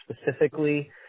specifically